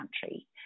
country